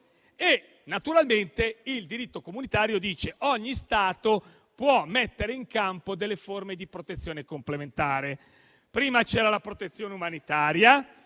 naturalmente il diritto comunitario afferma che ogni Stato può mettere in campo delle forme di protezione complementare. Prima c'era la protezione umanitaria,